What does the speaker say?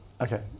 Okay